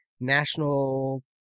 national